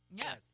Yes